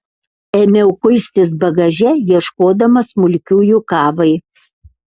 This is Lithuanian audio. ėmiau kuistis bagaže ieškodama smulkiųjų kavai